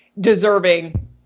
deserving